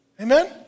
Amen